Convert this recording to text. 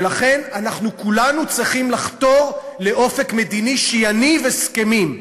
ולכן כולנו צריכים לחתור לאופק מדיני שיניב הסכמים,